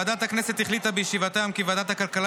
ועדת הכנסת החליטה בישיבתה היום כי ועדת הכלכלה